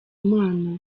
mana